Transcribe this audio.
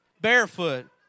barefoot